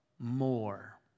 more